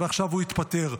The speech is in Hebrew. ועכשיו הוא התפטר.